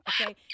Okay